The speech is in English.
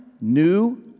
new